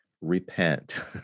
repent